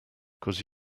cause